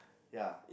ya